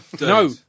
No